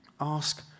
Ask